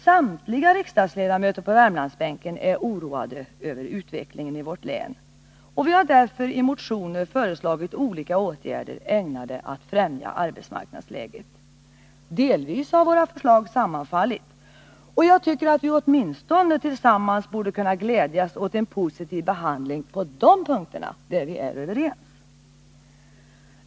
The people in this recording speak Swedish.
Samtliga riksdagsledamöter på Värmlandsbänken är oroade över utveckling en vårt län, och vi har därför i motioner föreslagit olika åtgärder, ägnade att förbättra arbetsmarknadsläget. Delvis har våra förslag sammanfallit, och jag tycker att vi åtminstone tillsammans borde kunna glädjas åt en positiv behandling på de punkter där vi är överens.